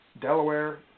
Delaware